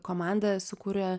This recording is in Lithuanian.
komanda sukūrė